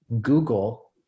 Google